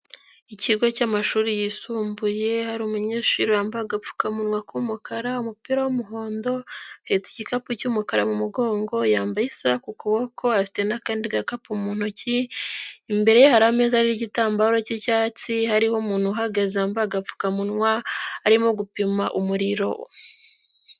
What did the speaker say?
Ikigo cy'amashuri yisumbuye hari umunyeshuri wambaye agapfukamunwa k'umukara, umupira w'umuhondo, ahetse igikapu cy'umukara mu mugongo yambaye isaha ku kuboko afite n'akandi gakapu mu ntoki, imbere ye hari ameza ariho igitambaro cy'icyatsi hariho umuntu uhagaze wambaye agapfukamunwa arimo gupima umuriro.